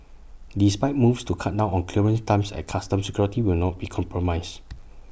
despite moves to cut down on clearance times at checkpoints security will not be compromised